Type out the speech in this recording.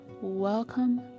Welcome